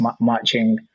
marching